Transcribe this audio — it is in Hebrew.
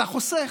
אתה חוסך.